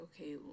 okay